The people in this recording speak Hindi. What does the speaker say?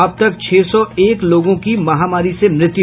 अब तक छह सौ एक लोगों की महामारी से मृत्यु